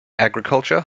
agriculture